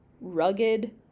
rugged